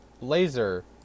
Laser